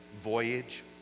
voyage